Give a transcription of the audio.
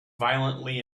violently